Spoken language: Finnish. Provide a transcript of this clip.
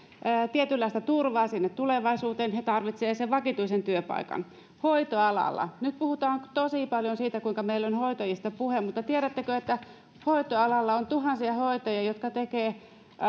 tietynlaista turvaa tulevaisuuteen he tarvitsevat vakituisen työpaikan nyt puhutaan tosi paljon siitä kuinka meillä on hoitajista pulaa mutta tiedättekö hoitoalalla on tuhansia hoitajia jotka tekevät